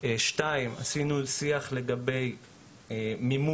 הדבר השני, קיימנו שיח לגבי מימון